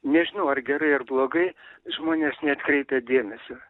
nežinau ar gerai ar blogai žmonės neatkreipia dėmesio